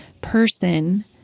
person